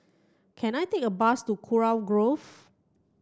can I take a bus to Kurau Grove